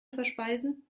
verspeisen